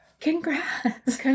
Congrats